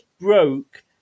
broke